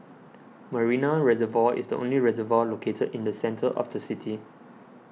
Marina Reservoir is the only reservoir located in the centre of the city